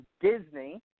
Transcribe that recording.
Disney